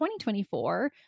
2024